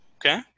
Okay